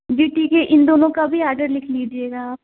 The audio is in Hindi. जी ठीक है इन दोनों का भी आर्डर लिख लीजिएगा आप